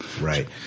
Right